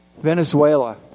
Venezuela